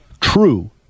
true